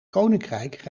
koninkrijk